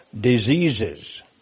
diseases